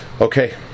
Okay